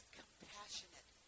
compassionate